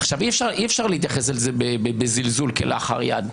עכשיו, אי-אפשר להתייחס לזה בזלזול כלאחר יד.